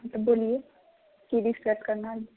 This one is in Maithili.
बोलिये की डिस्कस करना है